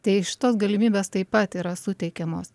tai šitos galimybės taip pat yra suteikiamos